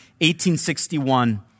1861